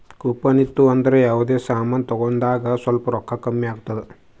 coupon ಇತ್ತು ಅಂದುರ್ ಯಾವ್ದರೆ ಸಮಾನ್ ತಗೊಂಡಾಗ್ ಸ್ವಲ್ಪ್ ರೋಕ್ಕಾ ಕಮ್ಮಿ ಆತ್ತುದ್